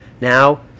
now